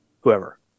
whoever